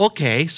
Okay